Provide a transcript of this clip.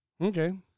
Okay